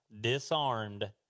disarmed